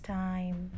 time